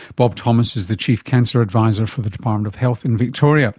bob thomas is the chief cancer advisor for the department of health in victoria